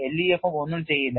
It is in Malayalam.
LEFM ഒന്നും ചെയ്യില്ല